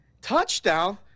Touchdown